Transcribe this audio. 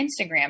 Instagram